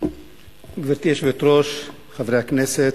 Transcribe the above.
גברתי היושבת-ראש, חברי הכנסת,